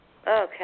Okay